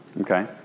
Okay